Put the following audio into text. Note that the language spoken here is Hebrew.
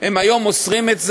הם היום מוסרים את זה,